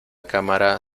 cámara